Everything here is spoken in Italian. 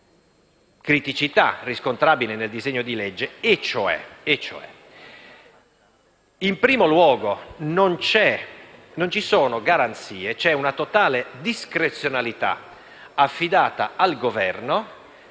appunto alle criticità riscontrabili nel disegno di legge. In primo luogo, non ci sono garanzie. C'è una totale discrezionalità affidata al Governo